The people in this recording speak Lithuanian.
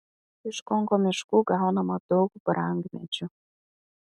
iš kongo miškų gaunama daug brangmedžių